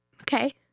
Okay